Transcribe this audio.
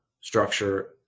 structure